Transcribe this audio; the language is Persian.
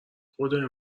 خدای